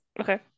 Okay